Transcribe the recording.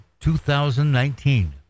2019